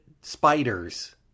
spiders